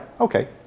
okay